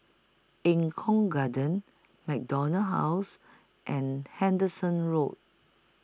Eng Kong Garden MacDonald House and Henderson Road